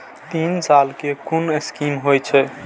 तीन साल कै कुन स्कीम होय छै?